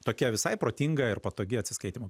tokia visai protinga ir patogi atsiskaitymo